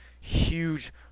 huge